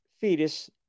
fetus